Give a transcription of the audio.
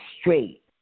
straight